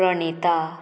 Pranita